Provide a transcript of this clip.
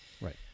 Right